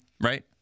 right